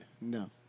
No